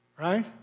right